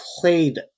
Played